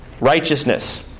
Righteousness